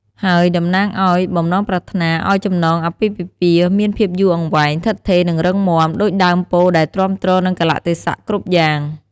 ហើយតំណាងឱ្យ បំណងប្រាថ្នាឱ្យចំណងអាពាហ៍ពិពាហ៍មានភាពយូរអង្វែង ឋិតថេរ និងរឹងមាំ ដូចដើមពោធិ៍ដែលទ្រាំទ្រនឹងកាលៈទេសៈគ្រប់យ៉ាង។